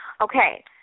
Okay